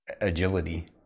agility